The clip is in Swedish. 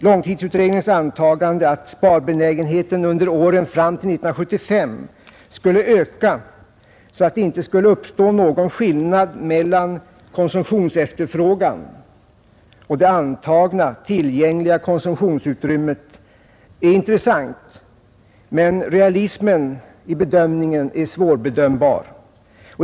Långtidsutredningens antagande att sparbenägenheten under åren fram till 1975 skulle öka, så att det inte skulle uppstå någon skillnad mellan konsumtionsefterfrågan och det antagna tillgängliga konsumtionsutrymmet är intressant, men realismen i prognosen är svårbedömbar.